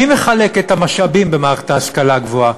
מי מחלק את המשאבים במערכת ההשכלה הגבוהה?